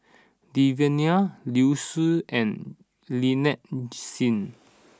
Devan Nair Liu Si and Lynnette Seah